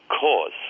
cause